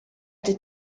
that